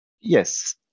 Yes